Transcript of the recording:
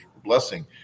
blessing